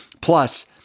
Plus